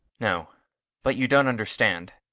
no but you don't understand.